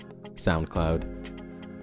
SoundCloud